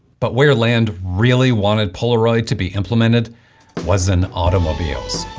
but where land really wanted polaroid to be implemented was in automobiles,